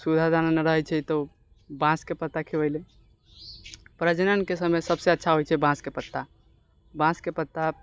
सुधा दाना नहि रहै छै तऽ बाँसके पत्ता खुएलहुँ प्रजननके समय सबसँ अच्छा होइ छै बाँसके पत्ता बाँसके पत्ता